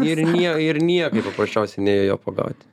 ir nie ir niekaip paprasčiausiai nėjo jo pagaut